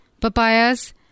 papayas